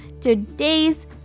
today's